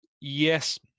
yes